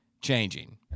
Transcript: changing